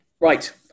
Right